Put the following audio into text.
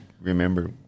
remember